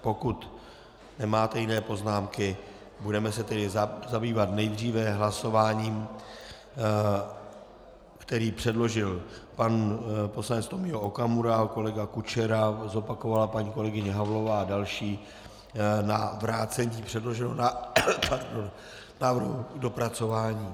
Pokud nemáte jiné poznámky, budeme se tedy zabývat nejdříve hlasováním, které předložil pan poslanec Tomio Okamura a kolega Kučera, zopakovala paní kolegyně Havlová a další, na vrácení předloženého návrhu k dopracování.